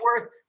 worth